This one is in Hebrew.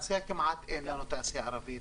כמעט ואין לו תעשייה ערבית.